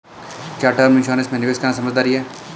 क्या term insurance में निवेश करना समझदारी है?